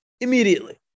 immediately